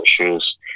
issues